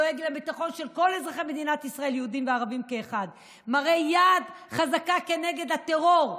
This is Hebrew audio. דואג לביטחון, מראה יד חזקה כנגד הטרור,